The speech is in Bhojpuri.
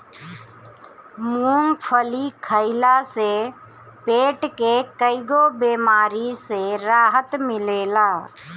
मूंगफली खइला से पेट के कईगो बेमारी से राहत मिलेला